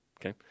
Okay